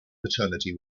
paternity